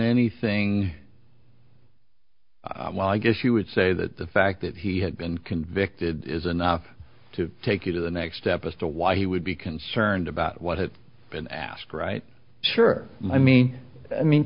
anything well i guess you would say that the fact that he had been convicted is enough to take you to the next step is to why he would be concerned about what had been asked right sure i mean i mean